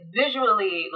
visually